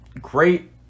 great